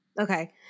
Okay